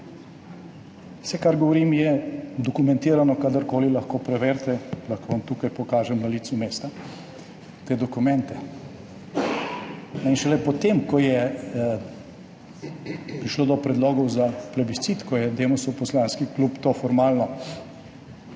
Vse, kar govorim, je dokumentirano, kadarkoli lahko preverite, lahko vam tukaj na licu mesta pokažem te dokumente. In šele potem, ko je prišlo do predlogov za plebiscit, ko je Demosov poslanski klub to formalno